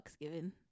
given